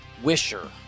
wisher